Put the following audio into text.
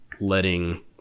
letting